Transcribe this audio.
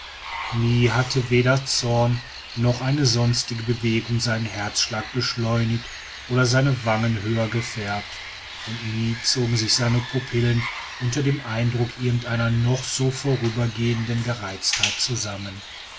nie hatte weder zorn noch eine sonstige bewegung seinen herzschlag beschleunigt oder seine wangen höher gefärbt und nie zogen sich seine pupillen unter dem eindruck irgend einer noch so vorübergehenden gereiztheit zusammen